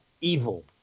Evil